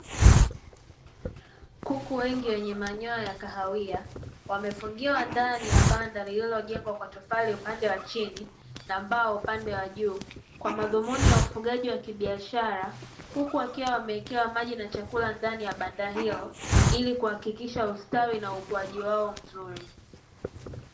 Kuku wengi wenye manyoya ya kahawia wamefungiwa ndani ya banda lililojengwa kwa tofali upande wa chini, na mbao upande wa juu, kwa madhumuni ya ufugaji wa kibiashara huku wakiwa wamewekewa maji na chakula ndani ya banda hilo ili kuhakikisha ustawi na ukuaji wao mzuri.